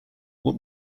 what